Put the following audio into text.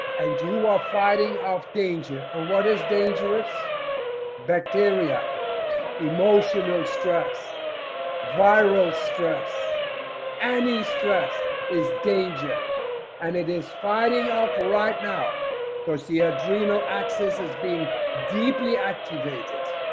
and you are fighting off danger and what is dangerous bacteria emotional stress viral stress any stress is danger and it is fighting up right now because the adrenal axis is being deeply activated